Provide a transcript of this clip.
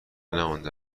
نمانده